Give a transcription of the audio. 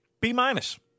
B-minus